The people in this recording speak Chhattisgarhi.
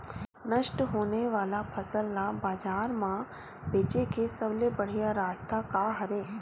नष्ट होने वाला फसल ला बाजार मा बेचे के सबले बढ़िया रास्ता का हरे?